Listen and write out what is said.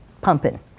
pumping